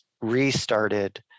restarted